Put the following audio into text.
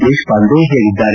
Deshpande ಹೇಳಿದ್ಲಾರೆ